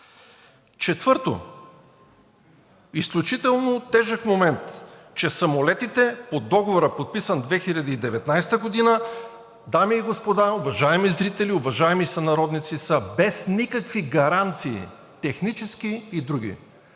Четвърто, изключително тежък момент, че самолетите по договора, подписан през 2019 г., дами и господа, уважаеми зрители, уважаеми сънародници, са без никакви гаранции – технически и други.